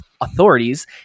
authorities